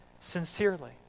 sincerely